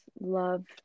love